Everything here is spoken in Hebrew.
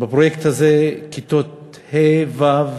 בפרויקט הזה כיתות ה' ו'